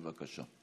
בבקשה.